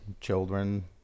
children